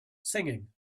singing